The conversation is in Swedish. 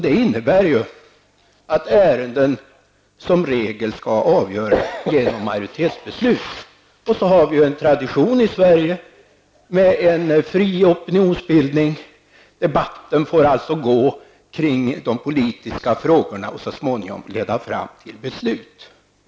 Det innebär att ärenden som regel skall avgöras genom majoritetsbeslut. Vi har i Sverige en tradition med en fri opinionsbildning. Debatten får alltså föras kring de politiska frågorna och så småningom leda fram till beslut.